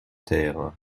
terre